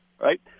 right